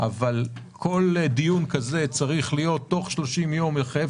אבל כל דיון כזה צריך להיות בתוך 30 ימים ויחייב